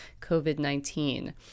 COVID-19